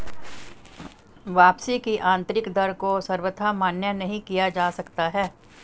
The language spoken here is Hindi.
वापसी की आन्तरिक दर को सर्वथा मान्य नहीं किया जा सकता है